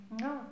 no